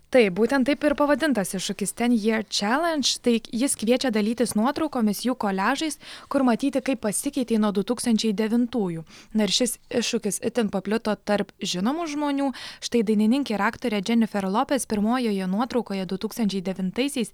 taip būtent taip ir pavadintas iššūkis ten year challenge tai jis kviečia dalytis nuotraukomis jų koliažais kur matyti kaip pasikeitei nuo du tūkstančiai devintųjų na ir šis iššūkis itin paplito tarp žinomų žmonių štai dainininkė ir aktorė dženifer lopez pirmojoje nuotraukoje du tūkstančiai devintaisiais